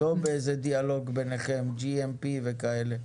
לא באיזה דיאלוג ביניכם, GMP וכאלה.